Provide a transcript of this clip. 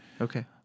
okay